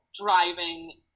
driving